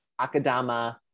Akadama